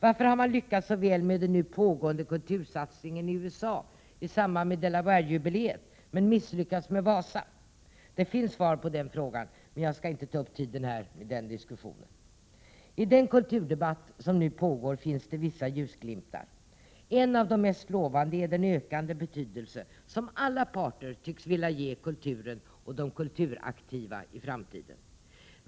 Varför har man lyckats så väl med den nu pågående kultursatsningen i USA i samband med Delawarejubileet, men misslyckats med Wasa? Det finns svar på den frågan, men jag skall inte ta upp tiden med den diskussionen. I den kulturdebatt som nu pågår finns vissa ljusglimtar. En av de mest lovande är den ökande betydelse som alla parter tycks vilja ge kulturen och de kulturaktiva i framtiden.